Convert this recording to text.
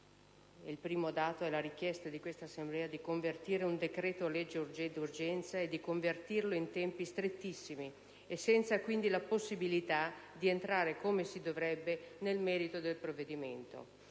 la prima è la richiesta a quest'Assemblea di convertire un decreto d'urgenza, e di convertirlo in tempi strettissimi, senza quindi la possibilità di entrare, come si dovrebbe, nel merito del provvedimento;